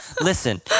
Listen